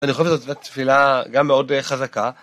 אני חושב שזו באמת תפילה גם מאוד חזקה.